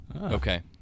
Okay